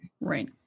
right